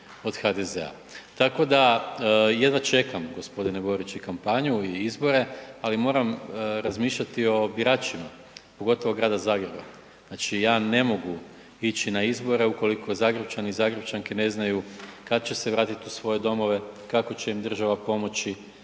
od HDZ-a. Tako da jedva čekam gospodine Borić i kampanju i izbore, ali moram razmišljati o biračima, pogotovo Grada Zagreba. Znači ja ne mogu ići na izbore ukoliko Zagrepčani i Zagrepčanke ne znaju kad će se vratiti u svoje domove, kako će im država pomoći,